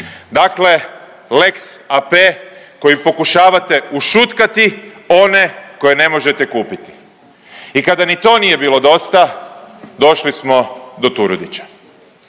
Dakle, lex AP kojim pokušavate ušutkati one koje ne možete kupiti. I kada ni to nije bilo dosta došli smo do Turudića.